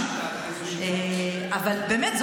אבל באמת,